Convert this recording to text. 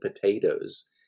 potatoes